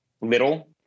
little